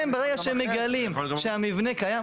הם, ברגע שהם מגלים שהמבנה קיים.